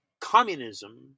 communism